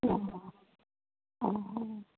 অ' অ'